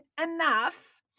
enough